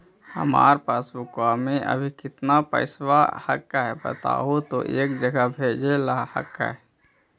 हमार पासबुकवा में अभी कितना पैसावा हक्काई बताहु तो एक जगह भेजेला हक्कई?